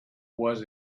was